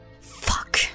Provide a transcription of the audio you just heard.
Fuck